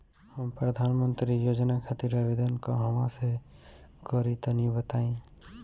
हम प्रधनमंत्री योजना खातिर आवेदन कहवा से करि तनि बताईं?